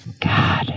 God